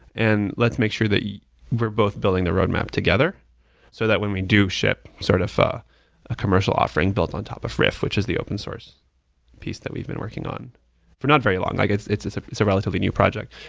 and let's make sure that yeah we're both building the roadmap together so that when we do ship sort of a commercial offering built on top of riff, which is the open source piece that we've been working on for not very long, i guess it's it's ah a relatively new project,